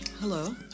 Hello